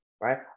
right